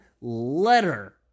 letter